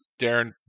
Darren